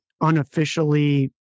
unofficially